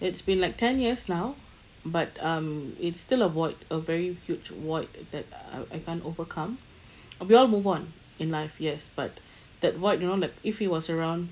it's been like ten years now but um it's still a void a very huge void that I I can't overcome we all move on in life yes but that void you know like if he was around